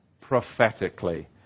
prophetically